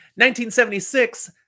1976